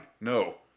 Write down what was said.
No